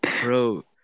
Bro